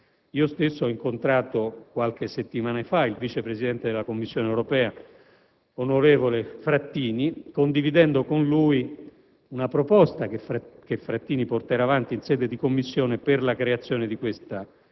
Io stesso ho incontrato, qualche settimana fa, il vice presidente della Commissione europea, onorevole Frattini, con il quale condivido la proposta, che lo stesso porterà avanti in sede di Commissione, per la creazione della suddetta